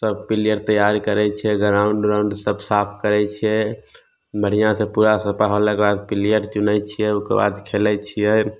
सब पिलियर तैयारी करै छियै गराउण्ड उराउण्ड सब साफ करै छियै बढ़िऑं सऽ पुरा सपहा लगबाकऽ पिलियर चुनै छियै ओहिके बाद खेलै छियै